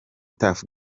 tuff